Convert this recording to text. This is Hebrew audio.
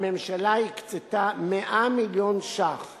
הממשלה הקצתה 100 מיליון שקלים